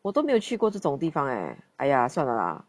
我都没有去过这种地方 !aiya! 算了啦